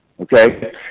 okay